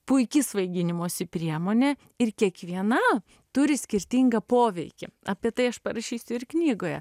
puiki svaiginimosi priemonė ir kiekviena turi skirtingą poveikį apie tai aš parašysiu ir knygoje